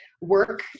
work